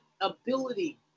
ability